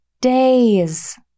days